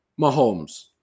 Mahomes